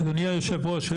אדוני יושב הראש,